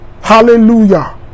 hallelujah